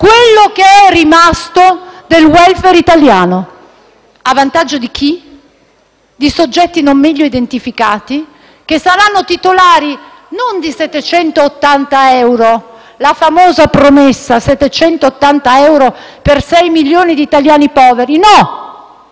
quello che è rimasto del *welfare* italiano. A vantaggio di chi? Di soggetti non meglio identificati, che saranno titolari non di 780 euro (la famosa promessa, 780 euro per 6 milioni di italiani poveri). No.